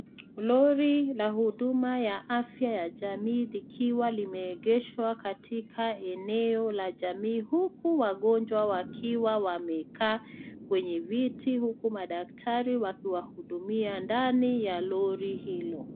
Lori la huduma ya afya ya jamii likiwa limeegeshwa katika eneo la jamii huku wagonjwa wakiwa wamekaa kwenye viti huku madaktari wakiwahudumia ndani ya lori hilo.